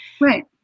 right